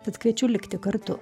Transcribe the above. tad kviečiu likti kartu